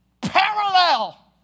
parallel